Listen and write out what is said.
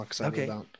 Okay